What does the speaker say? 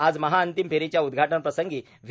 आज महाअंतिम फेरीच्या उद्घाटनाप्रसंगी व्हि